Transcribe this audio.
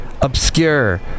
obscure